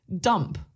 dump